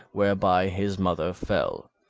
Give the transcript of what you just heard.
whereby his mother fell.